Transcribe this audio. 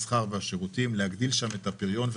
להגדיל את הפריון שם.